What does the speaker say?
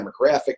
demographic